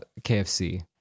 KFC